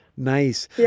Nice